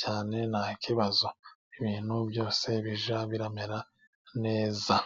cyane ntakibazo , ibintu byose bimeze neza.